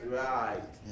right